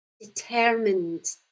determined